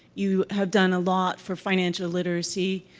you have done a lot for financial literacy.